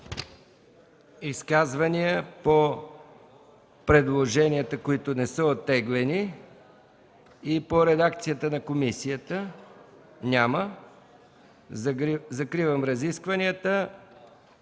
Изказвания по предложенията, които не са оттеглени и по редакцията на комисията има ли? Няма. Закривам разискванията.